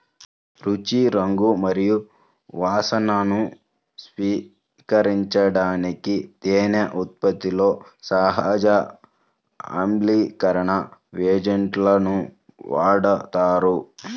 రుచి, రంగు మరియు వాసనను స్థిరీకరించడానికి తేనె ఉత్పత్తిలో సహజ ఆమ్లీకరణ ఏజెంట్లను వాడతారు